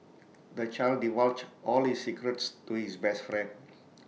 the child divulged all his secrets to his best friend